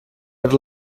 per